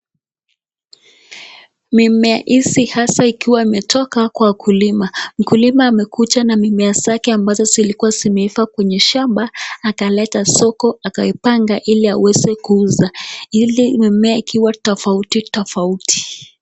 Mimea hizi hasa ikiwa imetoka kwa kulima. Mkulima amekuja na mimea zake ambazo zilikua zimeiva kwenye shamba akaleta soko akaipaga iliaweze kuuza ili mimea ikiwa tofauti tofauti.